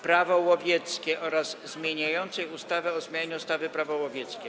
Prawo łowieckie oraz zmieniającej ustawę o zmianie ustawy Prawo łowieckie.